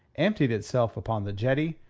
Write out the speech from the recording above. emptied itself upon the jetty,